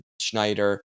Schneider